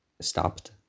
stopped